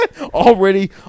already